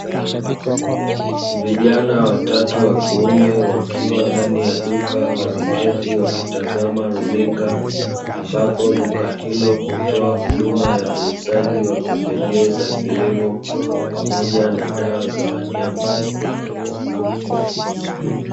Vijana watatu wa kiume wakiwa ndani ya duka wameketi wa kitazama runinga, ambapo duka hilo hutoa huduma ya uuzaji wa pembejeo za kilimo, pamoja na dawa za wanyama.